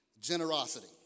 generosity